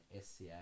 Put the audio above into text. SCA